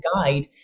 guide